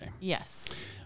Yes